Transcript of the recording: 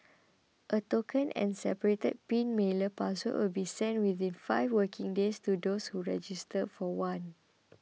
a token and separate pin mailer password will be sent within five working days to those who register for one